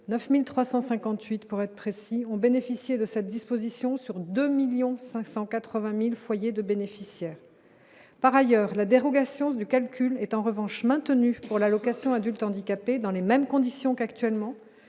9358 pour être précis, ont bénéficié de cette disposition sur 2 1000000 580000 foyers de bénéficiaires par ailleurs la dérogation de calcul est en revanche maintenue pour l'allocation adulte handicapé dans les mêmes conditions qu'actuellement,